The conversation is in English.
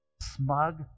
smug